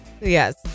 yes